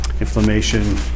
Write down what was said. inflammation